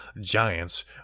Giants